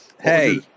Hey